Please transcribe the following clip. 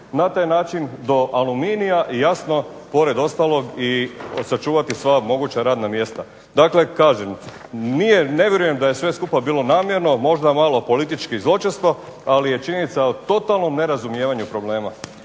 na taj način do aluminija i jasno, pored ostalog i sačuvati sva moguća radna mjesta. Dakle kažem, ne vjerujem da je sve skupa bilo namjerno, možda malo politički zločesto ali je činjenica u totalnom nerazumijevanju problema.